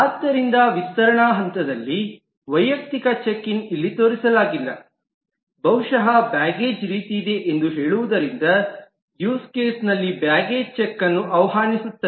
ಆದ್ದರಿಂದ ವಿಸ್ತರಣಾ ಹಂತದಲ್ಲಿ ವೈಯಕ್ತಿಕ ಚೆಕ್ ಇನ್ ಇಲ್ಲಿ ತೋರಿಸಲಾಗಿಲ್ಲ ಬಹುಶಃ ಬ್ಯಾಗೇಜ್ ರೀತಿಯಿದೆ ಎಂದು ಹೇಳುವುದರಿಂದ ಯೂಸ್ ಕೇಸ್ಲ್ಲಿ ಬ್ಯಾಗೇಜ್ ಚೆಕ್ ಅನ್ನು ಆಹ್ವಾನಿಸುತ್ತದೆ